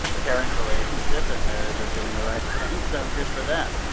caring relationship and they're they're doing the right thing, so good for them.